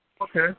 Okay